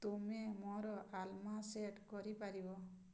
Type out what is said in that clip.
ତୁମେ ମୋର alarm set କରିପାରିବ